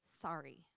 sorry